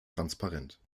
transparent